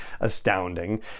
astounding